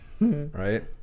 Right